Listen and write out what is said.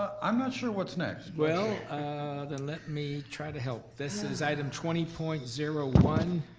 i'm not sure what's next. well, then let me try to help. this is item twenty point zero one.